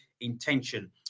intention